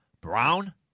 Brown